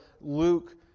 Luke